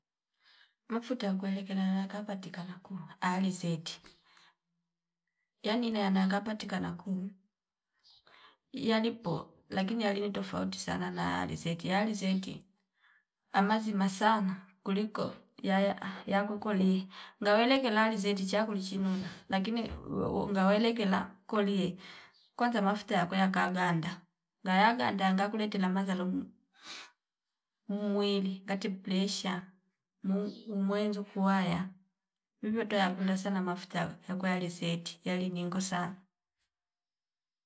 Mafuta yakueleke nana kapatikana kulu alizeti yanina yana ya kapatikana kuuwi yalipo lakini yalini tafouti sana na ya alizeti ya alizeti amazi zima sana kuliko yaya yakwe koli ngawene kelali alizeti chakuli chinona lakini ungawele kela kolie kwanza mafuta yakwe yaka ganda ngaya ganda yanga kuletele lamazalum mmwili kati plesha muu umwenzu kuwaya vivyo toya kunda sana mafuta ya yakwe alizeti yaliningo sa